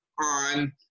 on